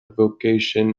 vocation